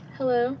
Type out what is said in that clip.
Hello